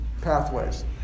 pathways